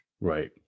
Right